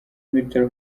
military